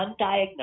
undiagnosed